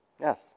Yes